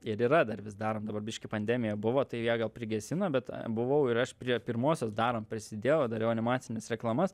ir yra dar vis darom dabar biškį pandemija buvo tai jie gal prigesino bet buvau ir aš prie pirmosios darom prisidėjau dariau animacines reklamas